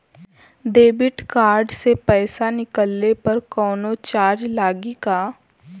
Debit card से पैसा निकलले पर कौनो चार्ज लागि का?